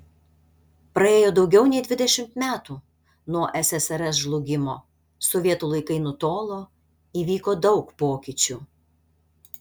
praėjo daugiau nei dvidešimt metų nuo ssrs žlugimo sovietų laikai nutolo įvyko daug pokyčių